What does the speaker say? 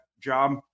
job